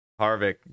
Harvick